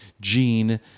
gene